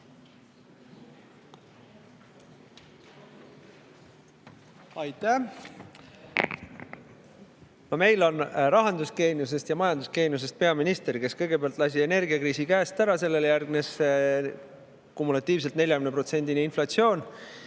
Aitäh! Meil on rahandusgeeniusest ja majandusgeeniusest peaminister, kes kõigepealt lasi energiakriisi käest ära, sellele järgnes kumulatiivselt 40%-line inflatsioon.